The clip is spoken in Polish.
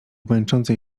męczącej